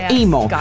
emo